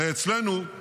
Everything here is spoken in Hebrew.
הרי אצלנו,